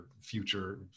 future